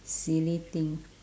silly thing